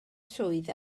swydd